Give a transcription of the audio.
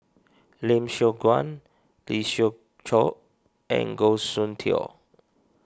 Lim Siong Guan Lee Siew Choh and Goh Soon Tioe